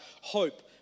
hope